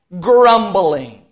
grumbling